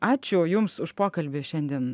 ačiū jums už pokalbį šiandien